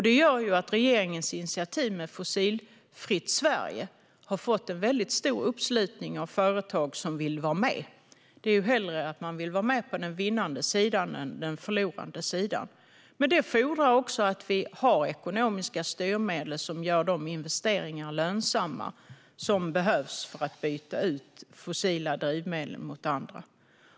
Det gör att regeringens initiativ med ett fossilfritt Sverige har fått stor uppslutning av företag som vill vara med. Man vill hellre vara med på den vinnande än den förlorande sidan. Men det fordrar också att vi har ekonomiska styrmedel som gör de investeringar lönsamma som behövs för att byta ut fossila drivmedel mot andra.